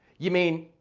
you mean,